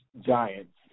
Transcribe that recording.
Giants